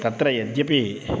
तत्र यद्यपि